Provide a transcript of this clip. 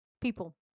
people